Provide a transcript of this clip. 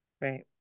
Right